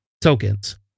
tokens